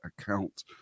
account